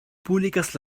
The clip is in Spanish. públicas